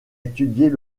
étudier